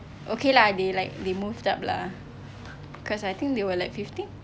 okay lah they like they moved up lah because I think they were like fifteen